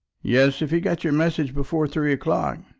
yes, if he got your message before three o'clock.